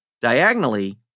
diagonally